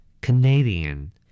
Canadian